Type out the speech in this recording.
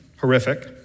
horrific